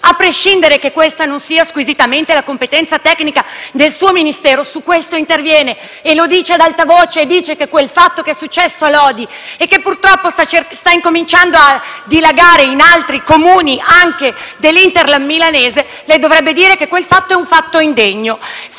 a prescindere dal fatto che questa non sia squisitamente la competenza tecnica del suo Ministero, su questo interviene e lo dice ad alta voce. Dice che quel fatto che è successo a Lodi e che purtroppo sta cominciando a dilagare in altri Comuni dell'*hinterland* milanese, è un fatto indegno.